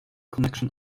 connection